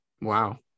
wow